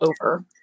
over